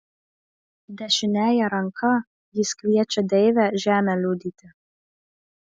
dešiniąja ranka jis kviečia deivę žemę liudyti